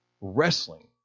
wrestling